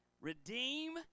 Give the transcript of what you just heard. Redeem